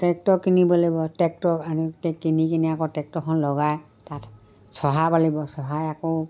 tractor কিনিব লাগিব আৰু ট্ৰেক্টৰ কিনি এতিয়া কিনে আকৌ টেক্টৰখন লগাই তাত চহাব লাগিব চহাই আকৌ